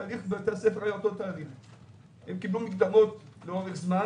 התהליך בבתי הספר היה אותו תהליך - הם קיבלו מקדמות לאורך זמן,